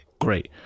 great